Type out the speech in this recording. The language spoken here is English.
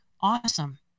awesome